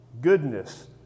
Goodness